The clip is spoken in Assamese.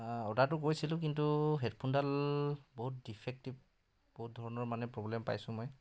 অৰ্ডাৰটো কৰিছিলোঁ কিন্তু হে'ডফোনডাল বহুত ডিফেকটিভ বহুত ধৰণৰ মানে প্ৰ'ব্লেম পাইছোঁ মই